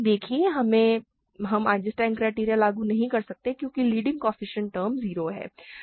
देखिए पहले हम आइजेंस्टाइन क्राइटेरियन लागू नहीं कर सकते क्योंकि लीडिंग कोएफ़िशिएंट कांस्टेंट टर्म 0 है